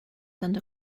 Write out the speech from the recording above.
under